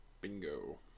Bingo